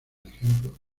ejemplo